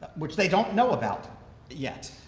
which they don't know about yet.